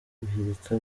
guhirika